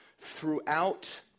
throughout